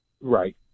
Right